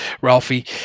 Ralphie